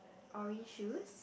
orange shoes